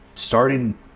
starting